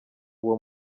uwo